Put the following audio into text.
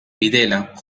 videla